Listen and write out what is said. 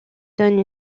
donne